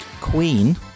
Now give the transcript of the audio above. queen